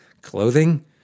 Clothing